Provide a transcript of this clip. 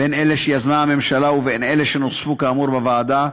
בין אלה שיזמה הממשלה ובין אלה שנוספו כאמור בוועדה,